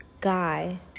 guy